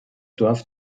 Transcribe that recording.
dorf